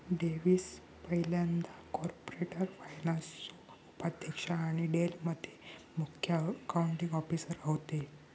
Davis पयल्यांदा corporate फायनान्सचो उपाध्यक्ष आणि डेल मध्ये मुख्य अकाउंटींग ऑफिसर होते